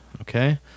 Okay